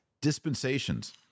dispensations